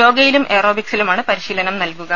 യോഗയിലും എയറോബിക് സിലുമാണ് പ്രിശീലനം നൽകുക